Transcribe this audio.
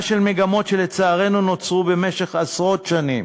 של מגמות שלצערנו נוצרו במשך עשרות שנים.